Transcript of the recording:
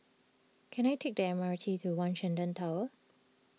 can I take the M R T to one Shenton Tower